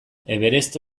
everest